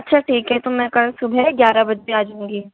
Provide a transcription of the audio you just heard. अच्छा ठीक है तो मैं कल सुबह ग्यारह बजे आ जाऊँगी